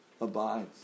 abides